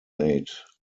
made